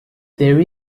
there